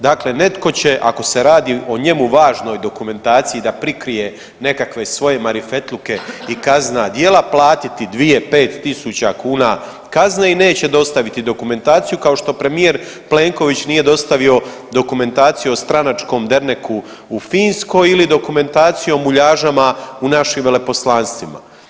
Dakle, netko će ako se radi o njemu važnoj dokumentaciji da prikrije nekakve svoje manifetluke i kaznena djela platiti 2, 5 tisuća kuna kazne i neće dostaviti dokumentaciju kao što premijer Plenković nije dostavio dokumentaciju o stranačkom derneku u Finskoj ili dokumentaciju o muljažama u našim veleposlanstvima.